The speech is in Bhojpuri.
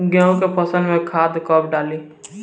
गेहूं के फसल में खाद कब डाली?